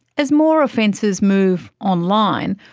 as more offences move online,